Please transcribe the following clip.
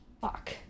Fuck